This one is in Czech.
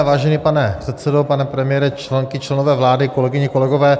Vážený pane předsedo, pane premiére, členky, členové vlády, kolegyně, kolegové.